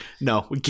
no